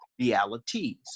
realities